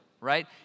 right